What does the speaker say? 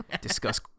discuss